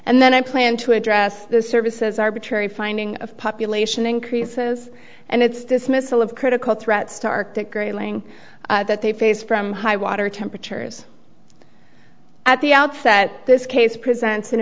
and then i plan to address the services arbitrary finding of population increases and its dismissal of critical threats to arctic grayling that they face from high water temperatures at the outset this case presents an